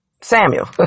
Samuel